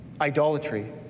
idolatry